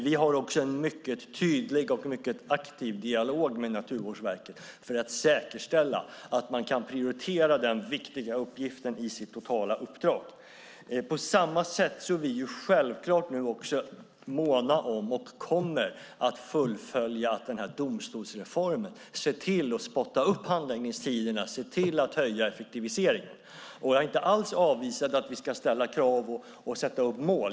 Vi har också en mycket tydlig och mycket aktiv dialog med Naturvårdsverket för att säkerställa att man kan prioritera den viktiga uppgiften i sitt totala uppdrag. På samma sätt är vi självklart måna om och kommer att se till att denna domstolsreform fullföljs. Vi kommer att se till att handläggningstiderna så att säga spottas upp och att effektiviseringen ökar. Jag är inte alls avvisande till att vi ska ställa krav och sätta upp mål.